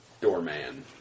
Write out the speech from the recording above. doorman